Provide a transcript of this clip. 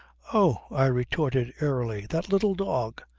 oh! i retorted airily. that little dog.